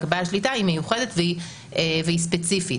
כבעל שליטה היא מיוחדת והיא ספציפית,